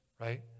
right